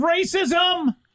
racism